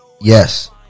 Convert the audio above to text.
Yes